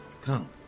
Come